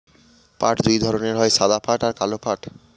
পাট দুই ধরনের হয় সাদা পাট আর কালো পাট